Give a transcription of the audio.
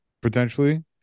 potentially